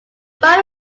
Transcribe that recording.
find